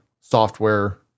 software